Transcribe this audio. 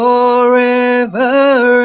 Forever